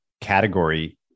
category